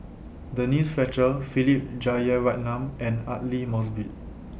Denise Fletcher Philip Jeyaretnam and Aidli Mosbit